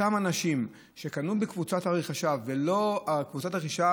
אותם אנשים שקנו בקבוצת הרכישה וקבוצת הרכישה